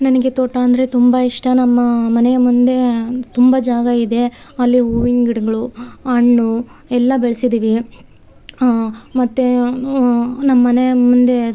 ನನಗೆ ತೋಟ ಅಂದರೆ ತುಂಬ ಇಷ್ಟ ನಮ್ಮ ಮನೆಯ ಮುಂದೆ ತುಂಬ ಜಾಗ ಇದೆ ಅಲ್ಲಿ ಹೂವಿನ ಗಿಡಗಳು ಹಣ್ಣು ಎಲ್ಲ ಬೆಳೆಸಿದೀವಿ ಮತ್ತು ನಮ್ಮ ಮನೆ ಮುಂದೆ